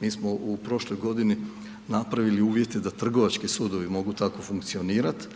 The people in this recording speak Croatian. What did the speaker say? Mi smo u prošloj godini napravili uvjete da Trgovački sudovi mogu tako funkcionirati.